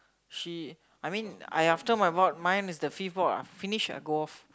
she I mean I after my vote mine is the fifth vote ah finish I go off